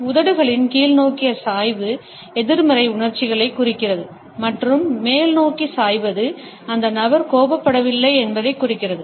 உதடுகளின் கீழ்நோக்கிய சாய்வு எதிர்மறை உணர்ச்சிகளைக் குறிக்கிறது மற்றும் மேல்நோக்கி சாய்வது அந்த நபர் கோபப்படவில்லை என்பதைக் குறிக்கிறது